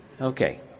Okay